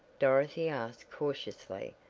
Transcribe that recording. dorothy asked cautiously,